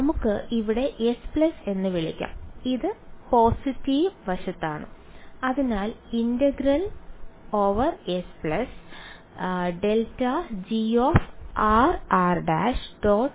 നമുക്ക് ഇതിനെ S എന്ന് വിളിക്കാം ഇത് പോസിറ്റീവ് വശത്താണ്